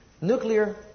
Nuclear